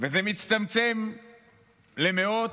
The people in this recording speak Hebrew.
זה מצטמצם למאות,